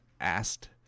asked